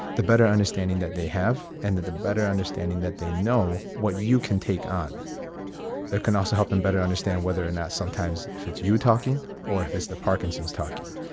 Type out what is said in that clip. the better understanding that they have and that the better understanding that they know what you can take on. it can also help them better understand whether or not sometimes if it's you talking or if it's the parkinson's talking,